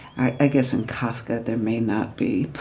i guess in kafka there may not be.